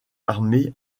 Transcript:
armés